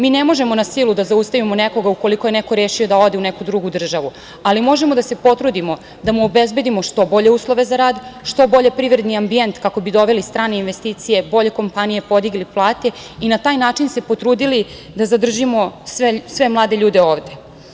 Mi ne možemo na silu da zaustavimo nekoga ukoliko je rešio da ode u neku drugu državu, ali možemo da se potrudimo da mu obezbedimo što bolje uslove za rad, što bolji privredni ambijent kako bi doveli strane investicije, bolje kompanije, podigli plate, i na taj način se potrudili da zadržimo sve mlade ljude ovde.